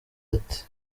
ati